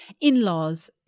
in-laws